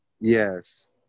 yes